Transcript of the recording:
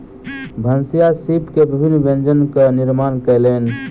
भनसिया सीप के विभिन्न व्यंजनक निर्माण कयलैन